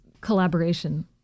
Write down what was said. collaboration